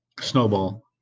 snowball